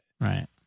Right